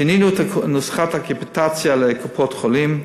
שינינו את נוסחת הקפיטציה לקופות-החולים.